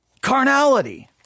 Carnality